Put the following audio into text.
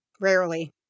Rarely